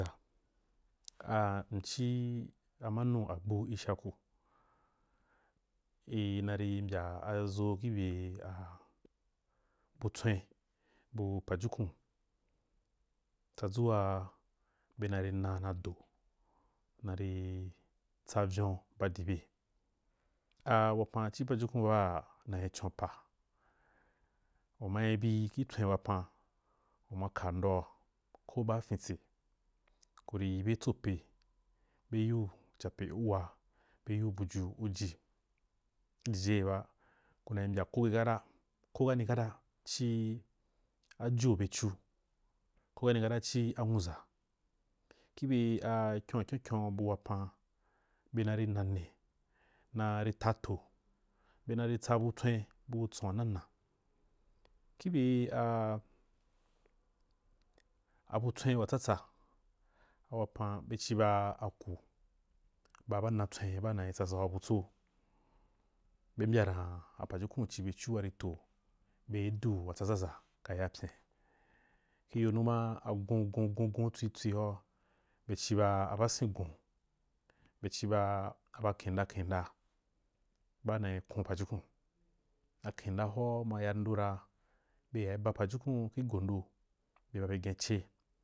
Ah mci a manu agbu ɪshaku ii ma ri mbya aʒo kih bye a butswen bu pajukun tsadʒu waa bena ri na na do na ri tsa vyon ba dibe a wapan ci pajukun baa nai con pa u mai bi ki tswen wapan u ma ka ndoa ba afitse ku ri yi be tsope, be yiu jape u wa be yiu buju u ji i jyi ge ba ku nai mbya ko ke kata ko kani kata ci ajo byecu ko kani kata ci a nwuʒa kih bye a kyon wa kyen kyen bu wapan bena nnane, ne nari ta toh be nari tsabu tswen bu atson wa nana kih bye a butswen wa tsatsa a wapan ci ba aku ba bana na tswen bana tsaʒa ku butso be mbya dan pajukun ci byecu warito be du wa tsaʒaʒa wa yapyen kiyo numa agon gon, gon tswi tswi ra be ci ba basen gon be ciba aba kinda, kinda ba nai kon pajukun a kinda hora ma ya ndu ra be yaye ba pajukun gi go ndo be babe gen ce.